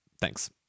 Thanks